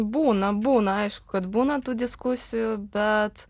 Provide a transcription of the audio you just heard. būna būna aišku kad būna tų diskusijų bet